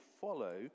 Follow